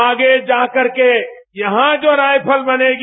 आगे जाकर के यहां जो राइफल बनेगी